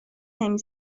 نمی